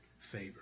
favor